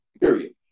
Period